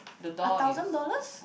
a thousand dollars